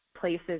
places